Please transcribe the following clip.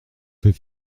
fait